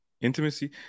intimacy